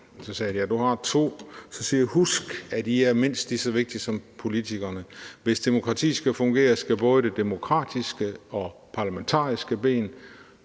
Så sagde de: Ja, du har to. Så sagde jeg: Husk, at I er mindst lige så vigtige som politikerne. Hvis demokratiet skal fungere, skal både det demokratiske og det parlamentariske ben